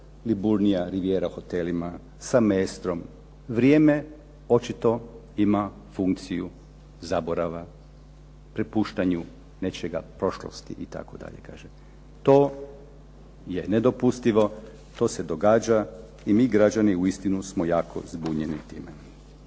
"Liburnija Rivijera hotelima", sa "Maestrom". Vrijeme očito ima funkciju zaborava, prepuštanju nečega prošlosti itd. To je nedopustivo, to se događa i mi građani uistinu smo jako zbunjeni time.